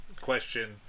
question